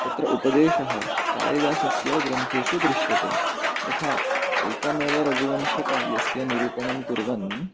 तत्र उपदेशः कालिदासस्य ग्रन्थेषु दृश्यते यथा एकमेव रघुवंशकाव्यस्य निरूपणं कुर्वन्